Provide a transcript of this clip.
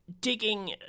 digging